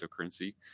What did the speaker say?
cryptocurrency